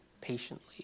patiently